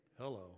hello